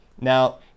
Now